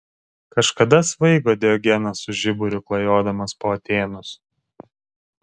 kažkada svaigo diogenas su žiburiu klajodamas po atėnus